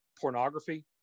pornography